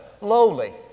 Lowly